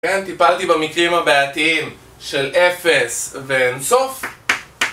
כן, טיפלתי במקרים הבעייתיים של אפס ואין סוף.